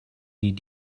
die